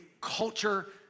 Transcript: culture